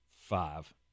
Five